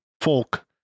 folk